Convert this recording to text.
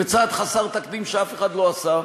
בצעד חסר תקדים שאף אחד לא עשה.